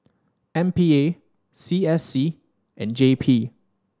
M P A C S C and J P